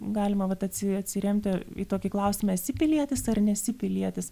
galima vat atsi atsiremti į tokį klausimą esi pilietis ar nesi pilietis